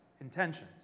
intentions